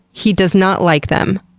he does not like them.